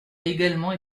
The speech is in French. également